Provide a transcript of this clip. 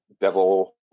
devil